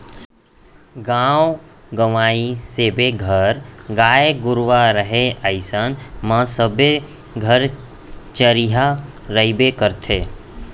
गॉंव गँवई सबे घर गाय गरूवा रहय अइसन म सबे घर चरिहा रइबे करथे